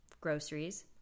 groceries